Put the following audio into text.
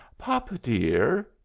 papa, dear,